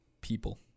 people